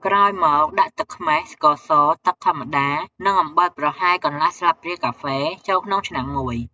ក្រោយមកដាក់ទឹកខ្មេះ ស្ករស ទឹកធម្មតា និងអំបិលប្រហែល កន្លះស្លាបព្រាកាហ្វេ ចូលក្នុងឆ្នាំងមួយ។